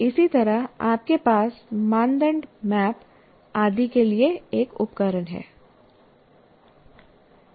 इसी तरह आपके पास माइंड मैप आदि के लिए एक उपकरण है